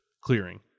clearing